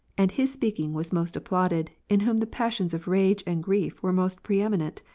and his speaking was most applauded, in whom the passions of rage and grief were most preeminent,